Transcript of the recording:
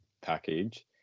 package